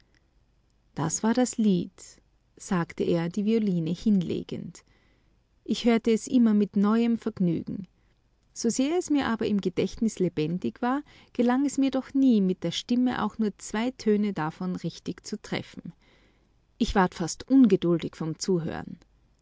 das war das lied sagte er die violine hinlegend ich hörte es immer mit neuem vergnügen sosehr es mir aber im gedächtnis lebendig war gelang es mir doch nie mit der stimme auch nur zwei töne davon richtig zu treffen ich ward fast ungeduldig von zuhören